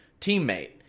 teammate